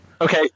Okay